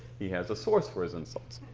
he has a source for his insults.